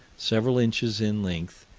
several inches in length,